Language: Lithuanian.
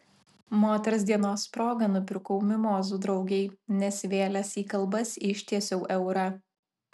moters dienos proga nupirkau mimozų draugei nesivėlęs į kalbas ištiesiau eurą